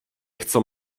chcą